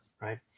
right